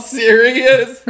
serious